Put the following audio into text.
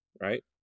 Right